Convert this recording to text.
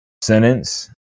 sentence